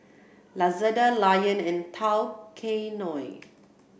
Lazada Lion and Tao Kae Noi